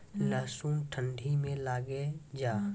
लहसुन ठंडी मे लगे जा?